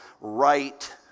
right